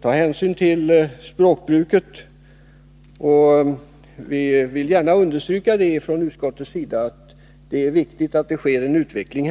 ta hänsyn till språkbruket. Vi vill från utskottets sida gärna understryka att det är viktigt att här sker en utveckling.